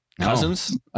Cousins